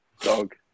Dog